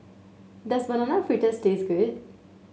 does Banana Fritters taste good